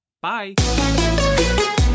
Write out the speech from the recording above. bye